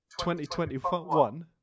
2021